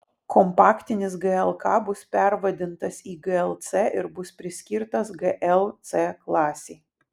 kompaktinis glk bus pervadintas į glc ir bus priskirtas gl c klasei